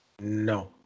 No